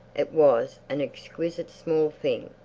it was an exquisite small thing.